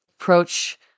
approach